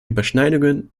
überschneidungen